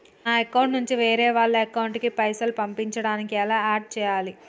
నా అకౌంట్ నుంచి వేరే వాళ్ల అకౌంట్ కి పైసలు పంపించడానికి ఎలా ఆడ్ చేయాలి?